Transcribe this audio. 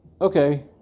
okay